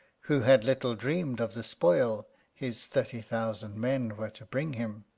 who had little dreamed of the spoil his thirty thousand men were to bring him.